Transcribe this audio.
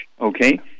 Okay